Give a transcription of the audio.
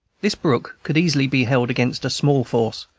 this brook could easily be held against a small force,